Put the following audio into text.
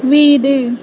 வீடு